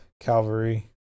Calvary